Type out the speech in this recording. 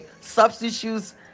substitutes